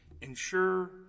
ensure